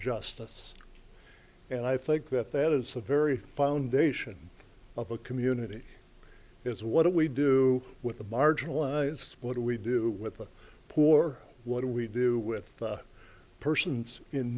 justice and i think that that is the very foundation of a community is what we do with the marginalized what do we do with the poor what do we do with persons in